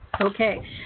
Okay